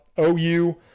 OU